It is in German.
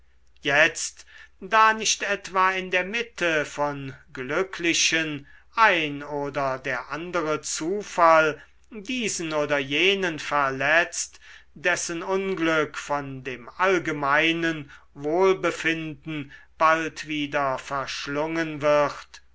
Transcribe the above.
jetzt da nicht etwa in der mitte von glücklichen ein oder der andere zufall diesen oder jenen verletzt dessen unglück von dem allgemeinen wohlbefinden bald wieder verschlungen wird